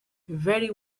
very